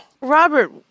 Robert